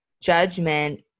judgment